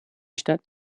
stadt